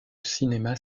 cinéma